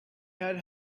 had